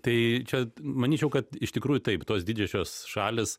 tai čia manyčiau kad iš tikrųjų taip tos didžiosios šalys